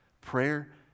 Prayer